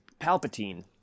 Palpatine